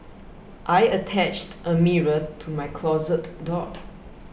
I attached a mirror to my closet door